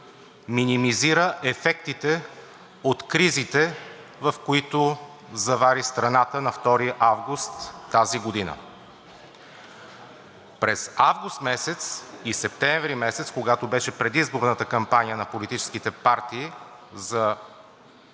минимизира ефектите от кризите, в които завари страната на 2 август тази година. През месец август и месец септември, когато беше предизборната кампания на политическите партии за